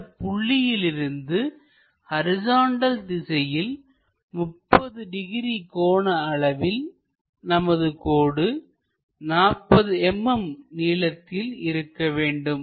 இந்தப் புள்ளியிலிருந்து ஹரிசாண்டல் திசையில் 30 டிகிரி கோண அளவில் நமது கோடு 40 mm நீளத்தில் இருக்க வேண்டும்